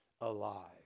alive